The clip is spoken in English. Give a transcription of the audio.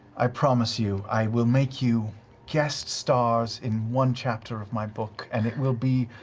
i promise you. i will make you guest-stars in one chapter of my book, and it will be